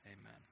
Amen